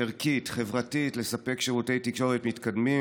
ערכית וחברתית לספק שירותי תקשורת מתקדמים